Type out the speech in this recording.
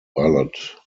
valid